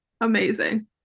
Amazing